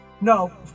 No